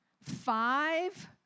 five